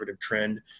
trend